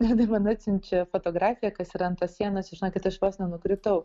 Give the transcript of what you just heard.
ir jinai man atsiunčia fotografiją kas yra ant tos sienos žinokit aš vos nenukritau